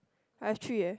I have three eh